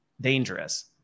dangerous